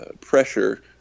pressure